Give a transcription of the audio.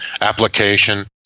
application